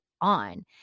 on